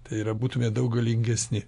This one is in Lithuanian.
tai yra būtumėt daug galingesni